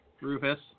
Rufus